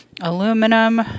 aluminum